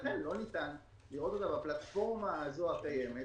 ולכן, לא ניתן לראות אותה בפלטפורמה הזו הקיימת